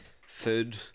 food